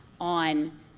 on